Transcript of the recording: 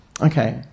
Okay